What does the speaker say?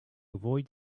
avoid